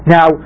Now